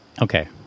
Okay